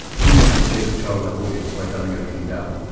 hino didn't chase a childlike audience by dumbing everything down.